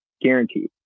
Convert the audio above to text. guaranteed